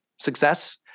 success